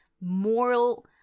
moral